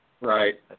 Right